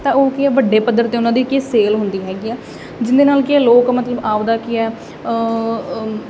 ਤਾਂ ਉਹ ਕੀ ਐ ਵੱਡੇ ਪੱਧਰ ਤੇ ਉਹਨਾਂ ਦੀ ਕਿ ਸੇਲ ਹੁੰਦੀ ਹੈਗੀ ਆ ਜਿਹਦੇ ਨਾਲ ਕਿ ਲੋਕ ਆਪਦਾ ਕੀ ਹੈ